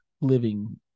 living